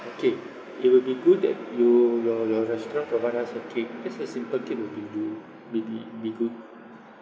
okay it would be good that you your your restaurant provide us a cake just a simple cake will be do will be be good